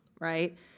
right